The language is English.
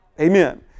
Amen